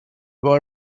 boy